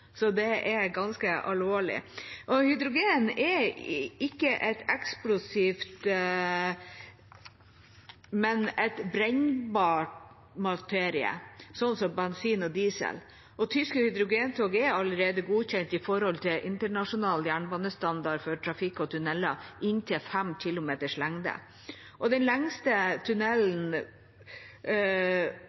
så det er ganske alvorlig. Hydrogen er ikke eksplosiv, men brennbar materie, sånn som bensin og diesel. Tyske hydrogentog er med hensyn til internasjonal jernbanestandard allerede godkjent for trafikk og tunneler på inntil 5 km lengde. Den lengste tunnelen